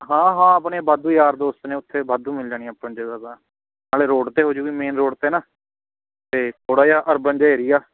ਹਾਂ ਹਾਂ ਆਪਣੇ ਵਾਧੂ ਯਾਰ ਦੋਸਤ ਨੇ ਉੱਥੇ ਵਾਧੂ ਮਿਲ ਜਾਣੀ ਹੈ ਆਪਾਂ ਨੂੰ ਜਗ੍ਹਾ ਤਾਂ ਨਾਲੇ ਰੋਡ 'ਤੇ ਹੋਜੂਗੀ ਮੇਨ ਰੋਡ 'ਤੇ ਨਾ ਅਤੇ ਥੋੜ੍ਹਾ ਜਿਹਾ ਅਰਬਨ ਜਿਹਾ ਏਰੀਆ